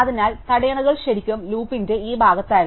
അതിനാൽ തടയണകൾ ശരിക്കും ലൂപ്പിന്റെ ഈ ഭാഗത്തായിരുന്നു